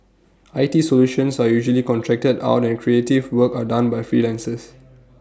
I T solutions are usually contracted out and creative work are done by freelancers